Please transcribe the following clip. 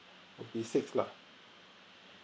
would be six lah